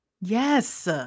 Yes